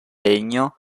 legno